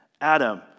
Adam